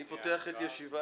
בוקר טוב, אני פותח את ישיבת